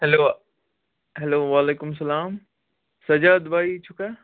hello hello وعلیکُم السلام سجاد بھایی چھُکا